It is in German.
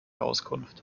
auskunft